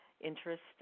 interest